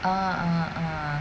ah ah ah